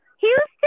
Houston